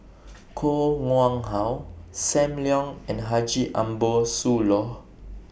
Koh Nguang How SAM Leong and Haji Ambo Sooloh